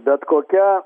bet kokia